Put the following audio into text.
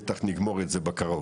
בטח נגמור את זה בקרוב,